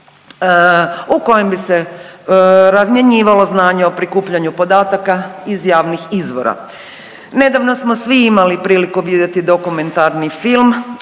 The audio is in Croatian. u kojem bi se razmjenjivalo znanje o prikupljanju podataka iz javnih izvora. Nedavno smo svi imali priliku vidjeti dokumentarni film